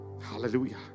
hallelujah